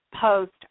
post